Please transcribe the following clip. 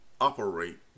operate